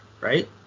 right